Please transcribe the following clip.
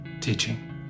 teaching